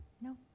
No